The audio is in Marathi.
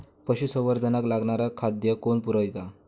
पशुसंवर्धनाक लागणारा खादय कोण पुरयता?